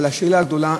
אבל השאלה הגדולה,